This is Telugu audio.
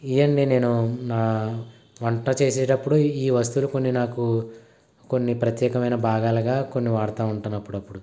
ఇవండి నేను నా వంట చేసేటప్పుడు ఈ వస్తువులు కొని నాకు కొన్ని ప్రత్యేకమైన భాగాలుగా కొన్ని వాడుతూ ఉంటానప్పుడప్పుడు